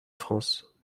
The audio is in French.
france